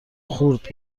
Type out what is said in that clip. خورد